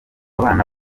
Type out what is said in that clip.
bana